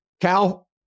Cal